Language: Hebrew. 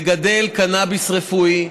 לגדל קנאביס רפואי.